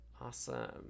awesome